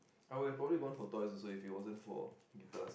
I would probably have gone for twice also if it wasn't for guitar